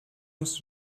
musst